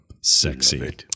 sexy